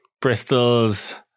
Bristol's